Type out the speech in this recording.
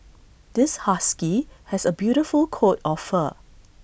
this husky has A beautiful coat of fur